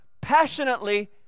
passionately